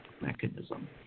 mechanism